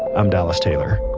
i'm dallas taylor.